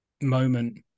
moment